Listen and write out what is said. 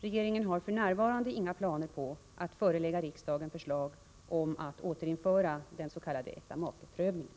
Regeringen har f.n. inga planer på att förelägga riksdagen förslag om att återinföra den s.k. äktamakeprövningen.